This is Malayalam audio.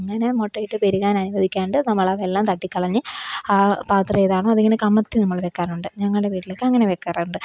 അങ്ങനെ മുട്ടയിട്ട് പെരുകാന് അനുവധിക്കാണ്ട് നമ്മളാ വെള്ളം തട്ടിക്കളഞ്ഞ് ആ പാത്രം ഏതാണോ അതിങ്ങനെ കമഴ്ത്തി നമ്മൾ വെക്കാറുണ്ട് ഞങ്ങളുടെ വീട്ടിലൊക്കെ അങ്ങനെ വെക്കാറുണ്ട്